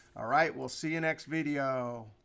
all right, we'll see you next video.